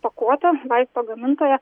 pakuotę vaisto gamintoją